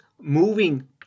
moving